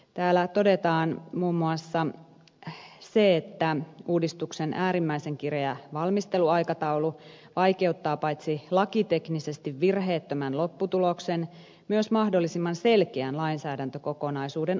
täällä todetaan muun muassa että uudistuksen äärimmäisen kireä valmisteluaikataulu vaikeuttaa paitsi lakiteknisesti virheettömän lopputuloksen myös mahdollisimman selkeän lainsäädäntökokonaisuuden aikaansaamista